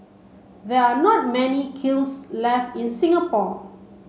there are not many kilns left in Singapore